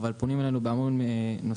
אבל פונים אלינו בהמון נושאים,